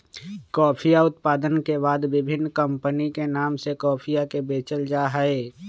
कॉफीया उत्पादन के बाद विभिन्न कमपनी के नाम से कॉफीया के बेचल जाहई